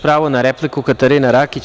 Pravo na repliku, Katarina Rakić.